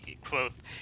Quoth